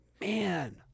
Man